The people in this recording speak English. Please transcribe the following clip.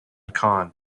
khan